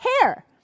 hair